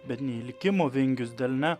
bet ne į likimo vingius delne